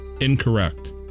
incorrect